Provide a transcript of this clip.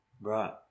Right